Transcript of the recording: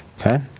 Okay